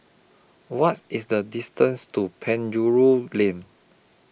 What IS The distance to Penjuru Lane